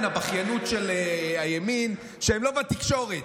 על הבכיינות של הימין שהם לא בתקשורת,